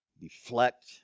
deflect